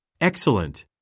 Excellent